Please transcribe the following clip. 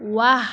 ৱাহ